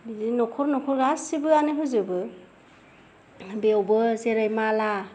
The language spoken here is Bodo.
बिदिनो न'खर न'खर गासैबोआनो होजोबो बेवबो जेरै माला